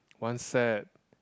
one set